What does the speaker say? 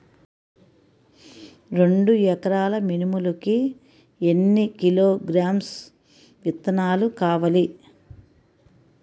రెండు ఎకరాల మినుములు కి ఎన్ని కిలోగ్రామ్స్ విత్తనాలు కావలి?